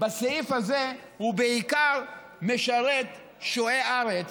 בסעיף הזה הוא בעיקר משרת שועי ארץ,